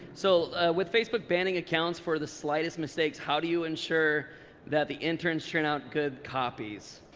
so with facebook banning accounts for the slightest mistakes, how do you ensure that the interns churn out good copies?